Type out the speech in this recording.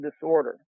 disorder